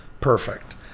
perfect